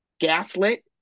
gaslit